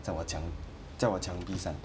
在我墙在我墙壁上